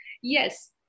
yes